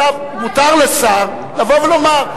מותר לשר לבוא ולומר.